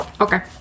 Okay